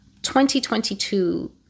2022